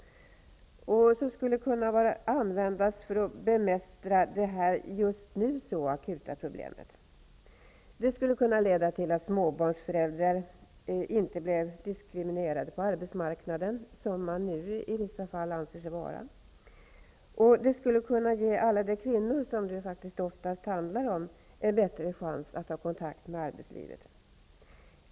Den skulle kunna användas för att bemästra detta just nu så akuta problem. Det skulle kunna leda till att småbarnsföräldrar inte blev diskriminerade på arbetsmarknaden, som man nu i vissa fall anser sig vara. Det skulle också kunna ge alla berörda kvinnor -- det handlar nu faktiskt oftast om kvinnor -- en bättre chans att ha kontakt med arbetslivet.